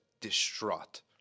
distraught